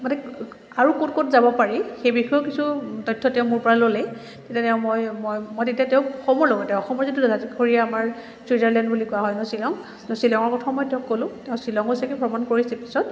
মানে আৰু ক'ত ক'ত যাব পাৰি সেই বিষয়েও কিছু তথ্য তেওঁ মোৰপৰা ল'লে তেতিয়া তেওঁ মই মই মই তেতিয়া তেওঁক অসমৰ লগ তেওঁ অসমৰ যিটো দাঁতিকাষৰীয়া আমাৰ ছুইজাৰলেণ্ড বুলি কোৱা হয় ন শ্বিলং শ্বিলঙৰ কথাও মই তেওঁক ক'লোঁ তেওঁ শ্বিলঙো চাগে ভ্ৰমণ কৰিছে পিছত